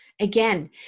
Again